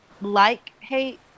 like-hate